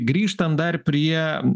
grįžtant dar prie